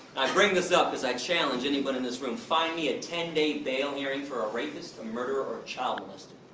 i bring this up cause i challenge anybody in this room, find me a ten day bail hearing for ah rapist, a murderer or a child molester.